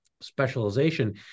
specialization